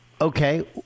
Okay